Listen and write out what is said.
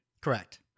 Correct